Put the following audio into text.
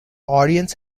audience